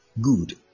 Good